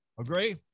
Agree